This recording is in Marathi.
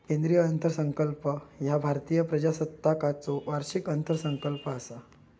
केंद्रीय अर्थसंकल्प ह्या भारतीय प्रजासत्ताकाचो वार्षिक अर्थसंकल्प असा